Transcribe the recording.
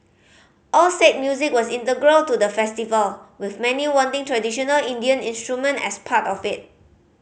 all said music was integral to the festival with many wanting traditional Indian instrument as part of it